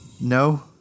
No